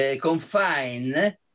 confine